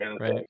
Right